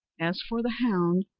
as for the hound,